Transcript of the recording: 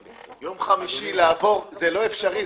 ביום חמישי לעבור, זה לא אפשרי.